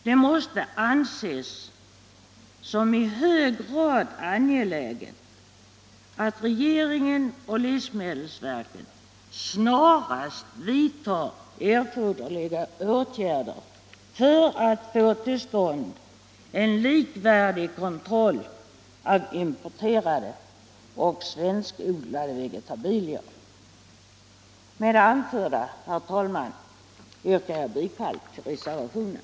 Det måste anses som i hög grad angeläget att regeringen och livsmedelsverket snarast vidtar erforderliga åtgärder för att få till stånd en likvärdig kontroll av importerade och svenskodlade vegetabilier. Med det anförda, herr talman, yrkar jag bifall till reservationen.